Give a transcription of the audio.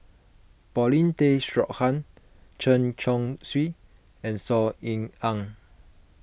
Paulin Tay Straughan Chen Chong Swee and Saw Ean Ang